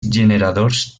generadors